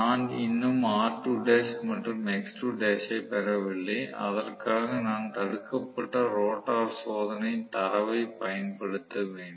நான் இன்னும் மற்றும் ஐப் பெறவில்லை அதற்காக நான் தடுக்கப்பட்ட ரோட்டார் சோதனை தரவைப் பயன்படுத்த வேண்டும்